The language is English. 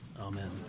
Amen